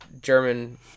German